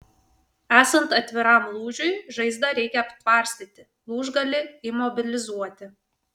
esant atviram lūžiui žaizdą reikia aptvarstyti lūžgalį imobilizuoti